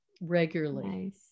regularly